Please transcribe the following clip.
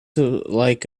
like